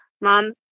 Mom